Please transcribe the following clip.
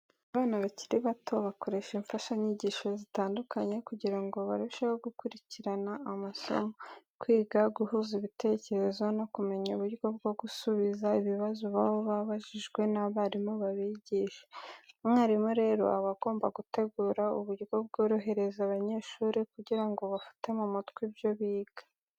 Abana bakiri bato bakoresha imfashanyigisho zitandukanye kugira ngo barusheho gukurikirana amasomo, kwiga guhuza ibitekerezo no kumenya uburyo bwo gusubiza ibibazo baba babajijwe n'abarimu babigisha. Umwarimu rero, aba agomba gutegura uburyo bworohereza abanyeshuri kugira ngo bafate mu mutwe ibyo biga.